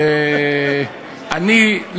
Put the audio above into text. אני,